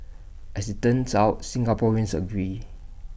as IT turns out Singaporeans agree